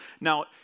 Now